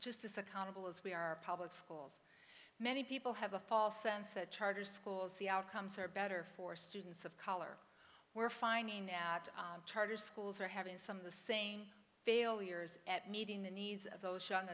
just as the conical as we are public schools many people have a false sense that charter schools the outcomes are better for students of color we're finding out charter schools are having some of the same failures at meeting the needs of those young